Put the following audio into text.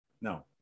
No